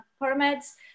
permits